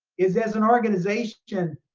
is as an organization,